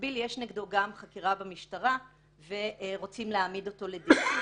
במקביל יש נגדו גם חקירה במשטרה ורוצים להעמיד אותו לדין.